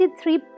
three